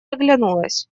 оглянулась